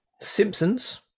Simpsons